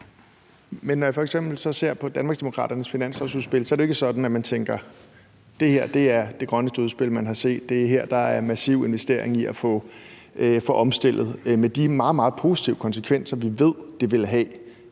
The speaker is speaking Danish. man så f.eks. ser på Danmarksdemokraternes finanslovsudspil, er det jo ikke sådan, at man tænker: Det her er det grønneste udspil, man har set; det er her, der er massive investeringer i at få omstillet med de meget, meget positive konsekvenser, vi ved det vil have,